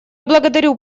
благодарю